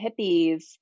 hippies